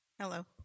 Hello